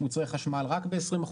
מוצרי חשמל רק ב-20%,